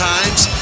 Times